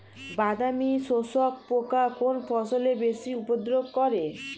বাদামি শোষক পোকা কোন ফসলে বেশি উপদ্রব করে?